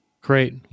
Great